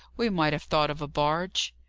we might have thought of a barge.